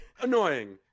annoying